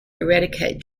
eradicate